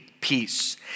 peace